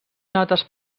notes